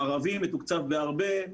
הערבי מתוקצב בהרבה,